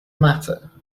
matter